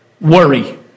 worry